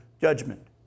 judgment